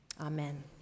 Amen